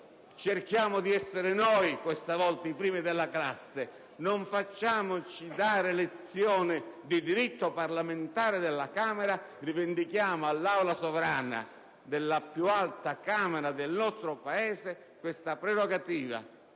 Cerchiamo di essere noi questa volta i primi della classe. Non facciamoci dare lezioni di diritto parlamentare dalla Camera. Rivendichiamo all'Aula sovrana della più alta Camera del nostro Paese questa nostra prerogativa: